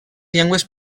llengües